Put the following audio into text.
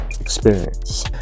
experience